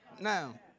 Now